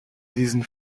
diesen